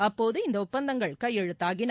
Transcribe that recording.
அப்போது இந்த ஒப்பந்தங்கள் கையெழுத்தாகின